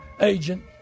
agent